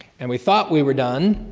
and we thought we were done,